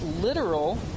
literal